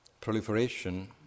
proliferation